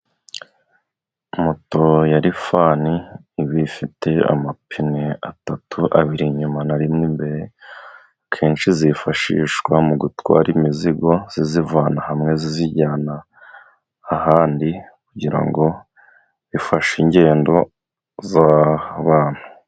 Moto ya rifani iba ifite amapine atatu, abiri inyuma na rimwe imbere, kenshi zifashishwa mu gutwara imizigo ziyivana hamwe, ziyijyana ahandi, kugira ngo bifashe ingendo z'abantu.